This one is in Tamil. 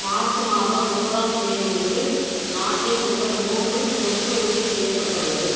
மார்ச் மாதம் முப்பதாம் தேதியன்று நாட்டின் முதல் மூன்று தொற்று உறுதிசெய்யப்பட்டுள்ளது